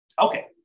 Okay